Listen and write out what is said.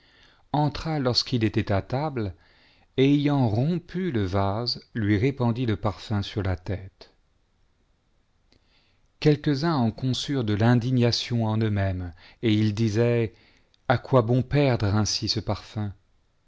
lorsqu'il était à table et ayant rompu le vase lui répandit le parfum sur la tête quelques-uns en conçuc mp selon s marc loi rent de l'indignation en euxmêmes et ils disaient a quoi bon perdre ainsi ce parfum